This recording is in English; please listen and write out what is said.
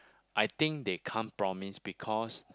I think they can't promise because